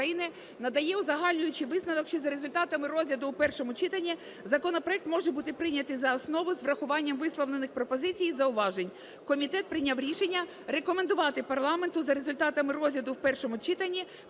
надає узагальнюючий висновок, що за результатами розгляду у першому читанні законопроект може бути прийнятий за основу з урахуванням висловлених пропозицій і зауважень. Комітет прийняв рішення рекомендувати парламенту за результатами розгляду в першому читанні